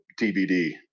tbd